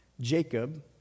Jacob